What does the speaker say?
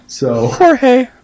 Jorge